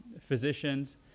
physicians